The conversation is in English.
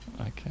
Okay